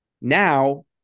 Now